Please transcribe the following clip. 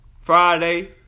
Friday